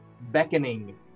beckoning